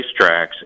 racetracks